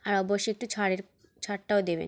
আর অবশ্যই একটু ছাড়ের ছাড়টাও দেবেন